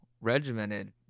regimented